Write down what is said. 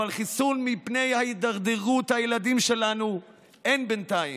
אבל חיסון מפני הידרדרות הילדים שלנו אין בינתיים.